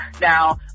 Now